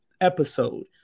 episode